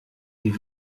die